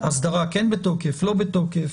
האסדרה כן בתוקף או לא בתוקף.